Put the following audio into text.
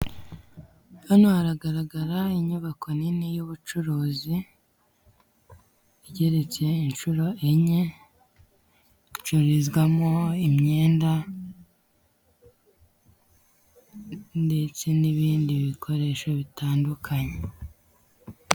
Hano haragaragara inyubako nini y'ubucuruzi igereretse inshuro enye, icururizwamo imyenda ndetse n'ibindi bikoresho bitandukanye.